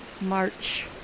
March